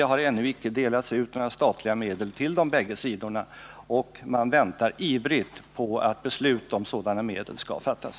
Det har ännu icke delats ut några statliga medel till de bägge sidorna, och man väntar ivrigt på att beslut om sådana medel skall fattas.